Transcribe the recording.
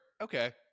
okay